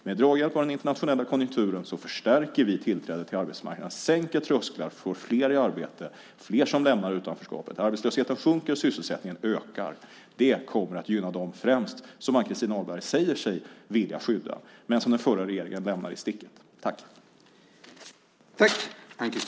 Med draghjälp av den internationella konjunkturen förstärker vi tillträdet till arbetsmarknaden, sänker trösklar och får fler i arbete och fler som lämnar utanförskapet. Arbetslösheten sjunker och sysselsättningen ökar. Det kommer främst att gynna dem som Ann-Christin Ahlberg säger sig vilja skydda men som den förra regeringen lämnade i sticket.